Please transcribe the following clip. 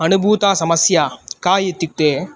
अनुभूता समस्या का इत्युक्ते